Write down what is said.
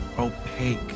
opaque